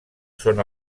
són